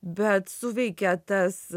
bet suveikė tas